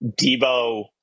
Debo